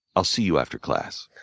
i'll see you after class.